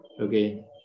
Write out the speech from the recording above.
Okay